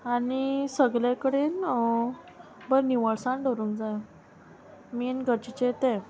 आनी सगले कडेन बरें निवळसाण धरूंक जाय मेन गरजेचे तें